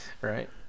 Right